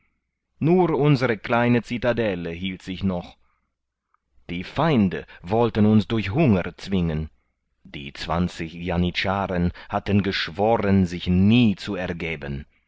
nur unsere kleine citadelle hielt sich noch die feinde wollten uns durch hunger zwingen die zwanzig janitscharen hatten geschworen sich nie zu ergeben